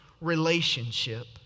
relationship